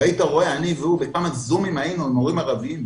היית רואה בכמה זומים היינו אני והוא היינו עם מורים ערבים,